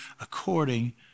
according